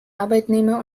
arbeitnehmer